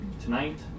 tonight